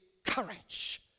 courage